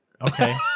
Okay